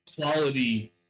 quality